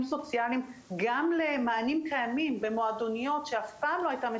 סוציאליים גם למענים קיימים במועדוניות שאף פעם לא היתה מצוקה,